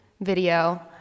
video